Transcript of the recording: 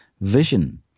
vision